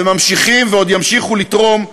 וממשיכים ועוד ימשיכו לתרום,